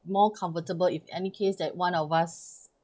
more comfortable if any case that one of us